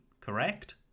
correct